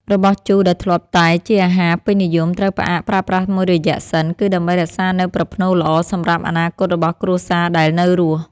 របស់ជូរដែលធ្លាប់តែជាអាហារពេញនិយមត្រូវផ្អាកប្រើប្រាស់មួយរយៈសិន គឺដើម្បីរក្សានូវប្រផ្នូលល្អសម្រាប់អនាគតរបស់គ្រួសារដែលនៅរស់។